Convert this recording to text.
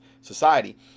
society